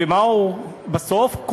ומה הוא עושה בסוף?